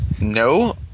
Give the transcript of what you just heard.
no